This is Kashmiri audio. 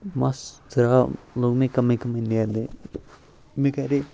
مَس درٛاو لوٚگ مےٚ کَمٕے کَمٕے نیرنہِ مےٚ کَرے